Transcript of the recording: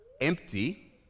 empty